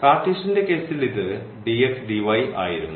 കാർട്ടീഷ്യന്റെ കേസിൽ ഇത് dx dy ആയിരുന്നു